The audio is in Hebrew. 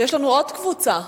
יש לנו עוד קבוצה,